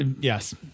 yes